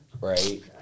right